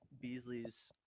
Beasley's